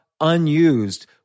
unused